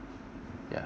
ya